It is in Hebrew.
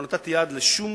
לא נתתי יד לשום